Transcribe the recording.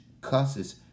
causes